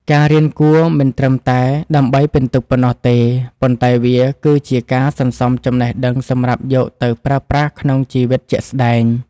ការរៀនគួរមិនត្រឹមតែដើម្បីពិន្ទុប៉ុណ្ណោះទេប៉ុន្តែវាគឺជាការសន្សំចំណេះដឹងសម្រាប់យកទៅប្រើប្រាស់ក្នុងជីវិតជាក់ស្តែង។